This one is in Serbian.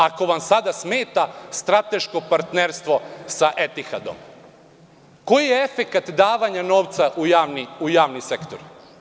Ako vam sada smeta strateško partnerstvo sa „Etihadom“, koji je efekat davanja novca u javni sektor?